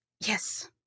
Yes